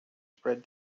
spread